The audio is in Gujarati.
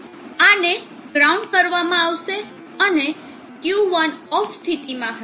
આને ગ્રાઉન્ડ કરવામાં આવશે અને Q1 ઓફ સ્થિતિમાં હશે